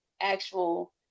actual